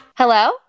Hello